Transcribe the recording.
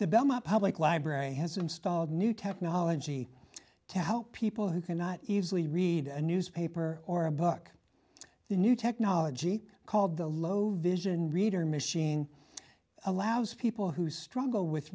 the belmont public library has installed new technology to help people who cannot easily read a newspaper or a book a new technology called the low vision reader machine allows people who struggle with